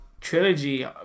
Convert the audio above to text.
trilogy